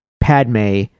Padme